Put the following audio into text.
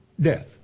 Death